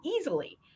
easily